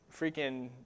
freaking